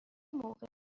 موقع